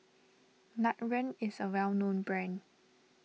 Nutren is a well known brand